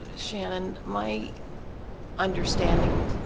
shannon my understanding